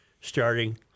starting